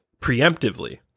preemptively